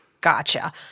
Gotcha